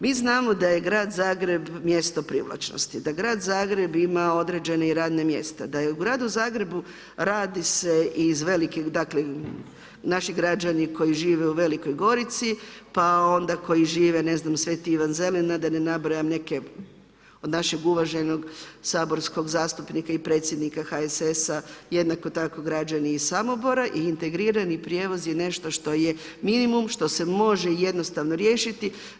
Mi znamo da je Grad Zagreb mjesto privlačnosti, da Grad Zagreb ima određene radna mjesta, da u Gradu Zagrebu radi se iz velikih, dakle, naši građani koji žive u Velikoj Gorici, pa onda koji žive Sv. Ivan Zelina, da ne nabrajam neke od našeg uvaženog saborskog zastupnika i predsjednika HSS-a, jednako tako i građani iz Samobora i integrirani prijevoz je nešto što je minimum, što se može jednostavno riješiti.